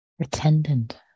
attendant